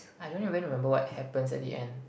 I don't even remember what happens at the end